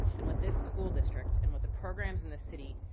and what this school district, and what the programs in this city,